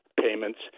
payments